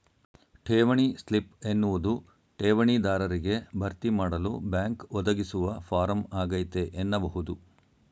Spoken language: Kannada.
ಠೇವಣಿ ಸ್ಲಿಪ್ ಎನ್ನುವುದು ಠೇವಣಿ ದಾರರಿಗೆ ಭರ್ತಿಮಾಡಲು ಬ್ಯಾಂಕ್ ಒದಗಿಸುವ ಫಾರಂ ಆಗೈತೆ ಎನ್ನಬಹುದು